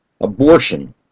Abortion